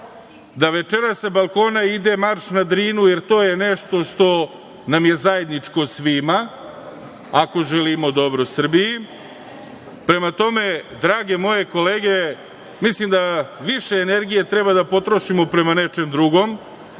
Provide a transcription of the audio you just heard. da večeras sa balkona ide "Marš na Drinu", jer to je nešto što nam je zajedničko svima, ako želimo dobro Srbiji. Prema tome, drage moje kolege, mislim da više energije treba da potrošimo prema nečem drugom,